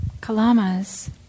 Kalamas